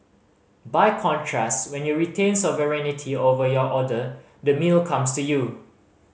by contrast when you retain sovereignty over your order the meal comes to you